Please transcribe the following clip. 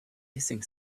hissing